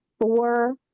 four